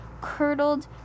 curdled